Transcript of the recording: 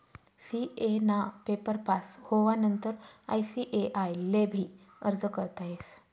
CA ना paper pass होवानंतर ICAI ले भी अर्ज करता येस